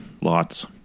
lots